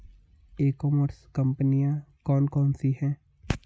ई commerce कंपनियाँ कौन कौन सी हैं?